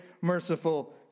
merciful